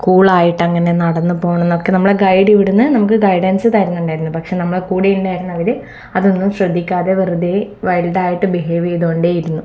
കൂളായിട്ട് അങ്ങനെ നടന്ന് പോകണം എന്നൊക്കെ നമ്മളോട് ഗൈഡ് ഇവിടുന്ന് നമുക്ക് ഗൈഡൻസ് തരുന്നുണ്ടായിരുന്നു പക്ഷേ നമ്മുടെ കൂടെ ഉണ്ടായിരുന്നവർ അതൊന്നും ശ്രദ്ധിക്കാതെ വെറുതെ വൈൽഡ് ആയിട്ട് ബിഹേവ് ചെയ്തു കൊണ്ടേ ഇരുന്നു